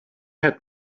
had